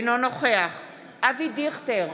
אינו נוכח אבי דיכטר,